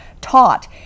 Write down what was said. taught